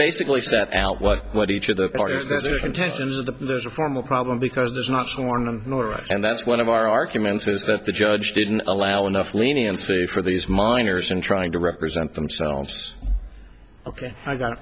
basically set out what what each of the intentions of the formal problem because there's not one of them and that's one of our arguments is that the judge didn't allow enough leniency for these miners and trying to represent themselves ok i got